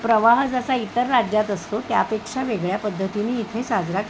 प्रवाह जसा इतर राज्यात असतो त्यापेक्षा वेगळ्या पद्धतीने इथे साजरा के